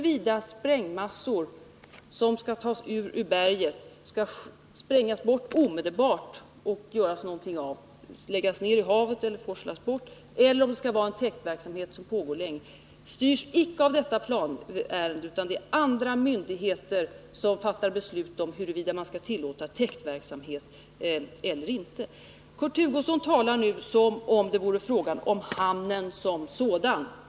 Om sprängmassor som skall tas ur berget bör sprängas bort omedelbart — läggas ned i havet eller forslas bort — eller om man skall välja en täktverksamhet som pågår länge, styrs icke av detta planärende. Det är andra myndigheter som fattar beslut om huruvida man skall tillåta täktverksamhet eller ej. Kurt Hugosson talar nu som om det vore fråga om hamnen som sådan.